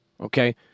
Okay